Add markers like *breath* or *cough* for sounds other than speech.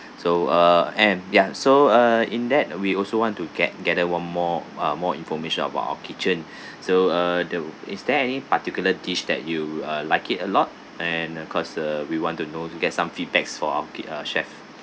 so uh and ya so uh in that we also want to get gather one more uh more information about our kitchen *breath* so uh the is there any particular dish that you uh like it a lot and uh cause uh we want to know to get some feedbacks for our uh chef